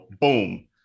boom